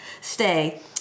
stay